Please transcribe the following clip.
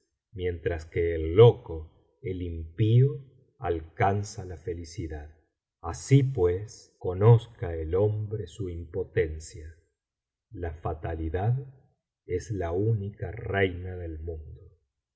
mientras que el loco el impío alcanza la felicidad asi pues conozca el hombre su impotencia la fatalidad es la única reina del mundo